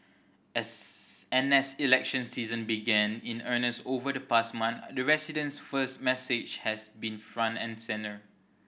as and as election season began in earnest over the past month the residents first message has been front and centre